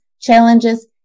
challenges